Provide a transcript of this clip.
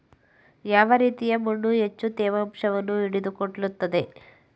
ಯಾವ ರೀತಿಯ ಮಣ್ಣು ಹೆಚ್ಚು ತೇವಾಂಶವನ್ನು ಹಿಡಿದಿಟ್ಟುಕೊಳ್ಳುತ್ತದೆ?